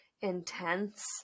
intense